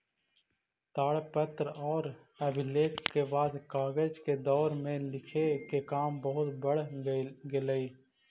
ताड़पत्र औउर अभिलेख के बाद कागज के दौर में लिखे के काम बहुत बढ़ गेलई